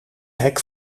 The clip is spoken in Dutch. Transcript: hek